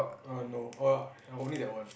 err no oh ya only that one